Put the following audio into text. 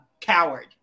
coward